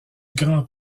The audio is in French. grand